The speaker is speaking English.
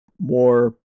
more